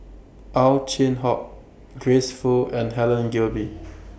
Ow Chin Hock Grace Fu and Helen Gilbey